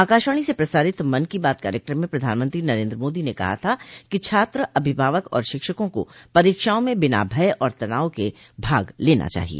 आकाशवाणी से प्रसारित मन की बात कार्यक्रम में प्रधानमंत्री नरेन्द्र मोदी ने कहा था कि छात्र अभिभावक और शिक्षकों को परीक्षाओं में बिना भय और तनाव के भाग लेना चाहिए